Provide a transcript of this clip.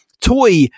toy